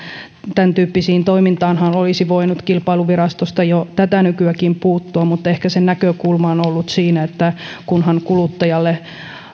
tämän tyyppiseen toimintaanhan olisi voinut kilpailuvirasto jo tätä nykyäkin puuttua mutta ehkä se näkökulma on ollut siinä että kunhan kuluttajalle